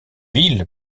ville